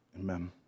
amen